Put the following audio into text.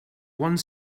one